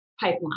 pipeline